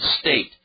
state